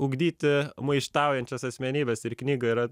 ugdyti maištaujančias asmenybes ir knyga yra